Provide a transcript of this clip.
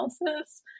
analysis